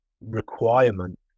requirement